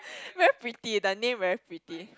very pretty the name very pretty